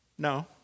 No